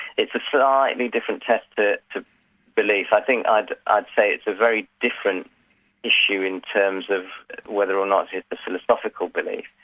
it's a slightly different test of ah beliefs i think i'd i'd say it's a very different issue in terms of whether or not it's a philosophical belief,